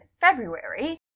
February